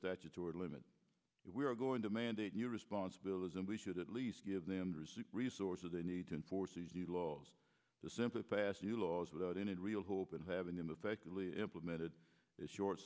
statutory limit we are going to mandate new responsibilities and we should at least give them the resources they need to enforce the laws to simply pass the laws without any real hope of having them effectively implemented short